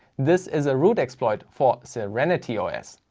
this is a root exploit for serenityos.